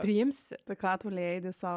priimsi tai ką tu leidi sau